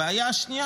הבעיה השנייה,